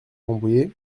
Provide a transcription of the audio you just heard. rambouillet